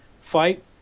Fight